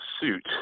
suit